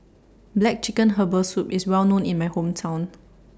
Black Chicken Herbal Soup IS Well known in My Hometown